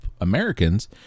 Americans